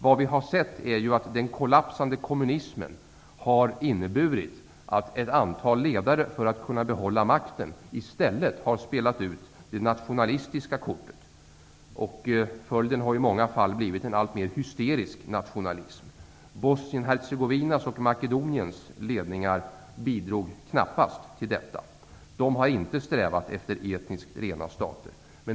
Vad vi har sett är att den kollapsade kommunismen har inneburit att ett antal ledare, för att kunna behålla sin makt, i stället har spelat ut det nationalistiska kortet. Följden har i många fall blivit en alltmer hysterisk nationalism. Bosnien Hercegovinas och Makedoniens ledningar bidrog knappast till detta. De har inte strävat efter etniskt rena stater.